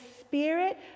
spirit